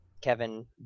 Kevin